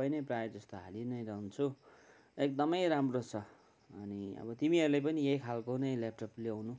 सबै नै प्रायः जस्तो हालि नै रहन्छु एकदमै राम्रो छ अनि अब तिमीहरूले पनि यही खालको नै ल्यापटप ल्याउनु